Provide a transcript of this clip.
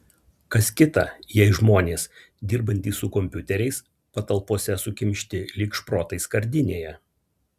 kas kita jei žmonės dirbantys su kompiuteriais patalpose sukimšti lyg šprotai skardinėje